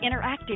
interactive